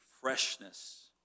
freshness